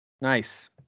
Nice